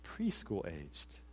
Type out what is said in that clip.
Preschool-aged